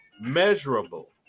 measurable